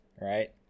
right